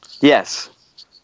Yes